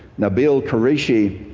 now bill kureishi,